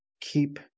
keep